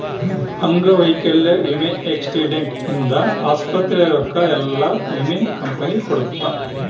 ಅಂಗವೈಕಲ್ಯ ವಿಮೆ ಆಕ್ಸಿಡೆಂಟ್ ಇಂದ ಆಸ್ಪತ್ರೆ ರೊಕ್ಕ ಯೆಲ್ಲ ವಿಮೆ ಕಂಪನಿ ಕೊಡುತ್ತ